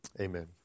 amen